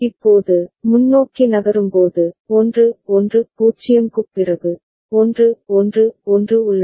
இப்போது முன்னோக்கி நகரும்போது 1 1 0 க்குப் பிறகு 1 1 1 உள்ளது